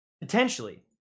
potentially